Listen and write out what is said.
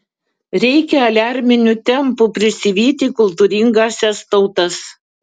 reikia aliarminiu tempu prisivyti kultūringąsias tautas